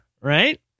Right